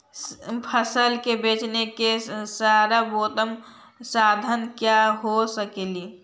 फसल के बेचने के सरबोतम साधन क्या हो सकेली?